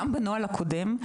גם בנוהל הקודם,